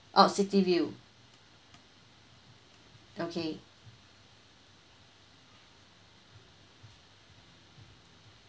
oh city view okay